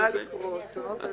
אני יכולה לקרוא אותו.